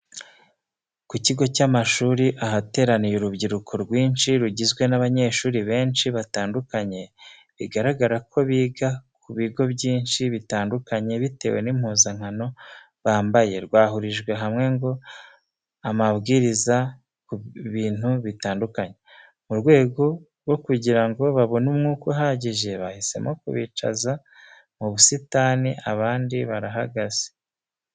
Ku kigo cy'amashuri ahateraniye urubyiruko rwinshi rugizwe n'abanyeshuri benshi batandukanye, bigaragara ko biga ku bigo byinshi bitandukanye bitewe n'impuzankano bambaye rwahurijwe hamwe ngo amabwiriza bintu bitandukanye. Mu rwego rwo kugira ngo babone umwuka uhagije, bahisemo kubicaza mu busitani abandi barahagaze.